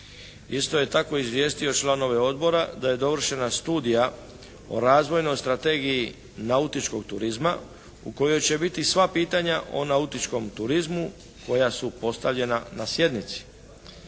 Isto je tako izvijestio članove odbora da je dovršena studija o razvojnoj strategiji nautičkog turizma u kojoj će biti sva pitanja o nautičkom turizmu koja su postavljena na sjednici.